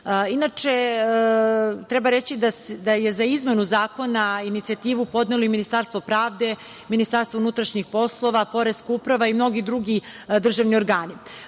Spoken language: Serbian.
su. Treba reći da je za izmenu zakona inicijativu podnelo Ministarstvo pravde, Ministarstvo unutrašnjih poslova, Poreska uprava i mnogi drugi državni organi. Kada